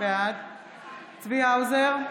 בעד צבי האוזר,